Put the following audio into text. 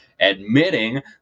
admitting